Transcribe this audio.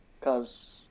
Cause